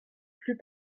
plus